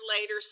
later